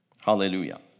hallelujah